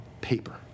paper